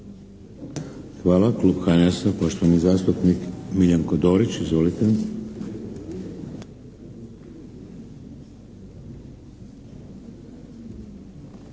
Hvala. Klub HNS-a poštovani zastupnik Miljenko Dorić. Izvolite.